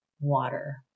water